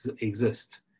exist